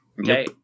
Okay